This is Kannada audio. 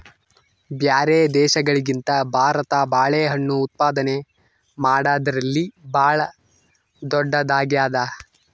ಬ್ಯಾರೆ ದೇಶಗಳಿಗಿಂತ ಭಾರತ ಬಾಳೆಹಣ್ಣು ಉತ್ಪಾದನೆ ಮಾಡದ್ರಲ್ಲಿ ಭಾಳ್ ಧೊಡ್ಡದಾಗ್ಯಾದ